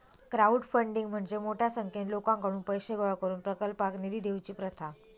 crowdfunding म्हणजे मोठ्या संख्येन लोकांकडुन पैशे गोळा करून प्रकल्पाक निधी देवची प्रथा